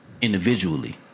individually